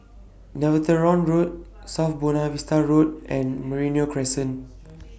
Netheravon Road South Buona Vista Road and Merino Crescent